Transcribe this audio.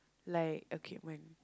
like okay my